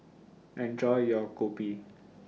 Enjoy your Kopi